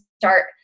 start